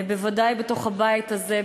בוודאי בתוך הבית הזה,